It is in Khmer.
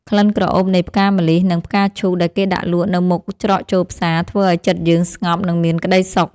ក្លិនក្រអូបនៃផ្កាម្លិះ និងផ្កាឈូកដែលគេដាក់លក់នៅមុខច្រកចូលផ្សារធ្វើឱ្យចិត្តយើងស្ងប់និងមានក្ដីសុខ។